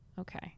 okay